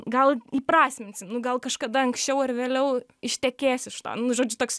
gal įprasminsim nu gal kažkada anksčiau ar vėliau ištekės iš to nu žodžiu toks